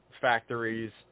factories